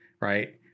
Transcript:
right